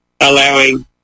allowing